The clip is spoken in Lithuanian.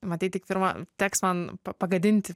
matei tik pirmą teks man pa pagadinti